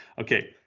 Okay